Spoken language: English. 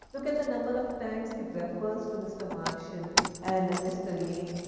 look at the number of times he refers to mr. marshal and mr. lane,